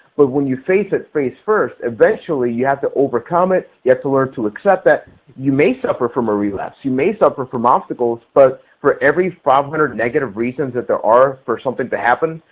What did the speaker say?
but when you face it face first, eventually you have to overcome it. you have to learn to accept that you may suffer from a relapse. you may suffer from obstacles, but for every problem and or negative reasons that there are for something to happen,